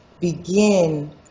begin